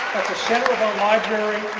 center of our library